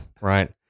right